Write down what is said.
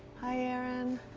hi erin!